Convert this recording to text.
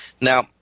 Now